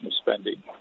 spending